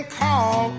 call